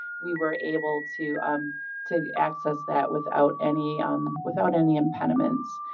we were able to um to access that without any um without any impediments.